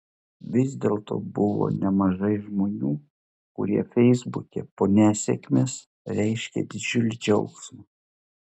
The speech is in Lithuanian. vis dėlto buvo nemažai žmonių kurie feisbuke po nesėkmės reiškė didžiulį džiaugsmą